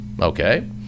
Okay